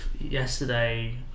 yesterday